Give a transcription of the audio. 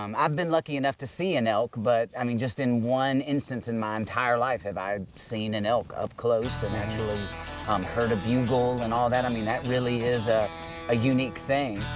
um i've been lucky enough to see an elk, but i mean just in one instance in my entire life have i seen an elk up close and actually um heard a bugle and all that. i mean that really is ah a unique thing.